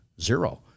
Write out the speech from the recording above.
zero